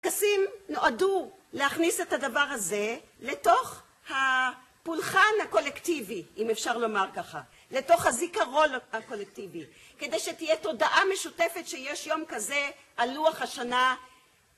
טקסים נועדו להכניס את הדבר הזה לתוך הפולחן הקולקטיבי, אם אפשר לומר ככה, לתוך הזיכרון הקולקטיבי, כדי שתהיה תודעה משותפת שיש יום כזה על לוח השנה.